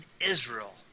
Israel